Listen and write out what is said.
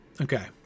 Okay